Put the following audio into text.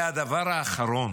והדבר האחרון,